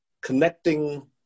connecting